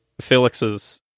Felix's